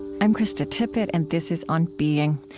i'm krista tippett and this is on being.